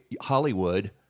Hollywood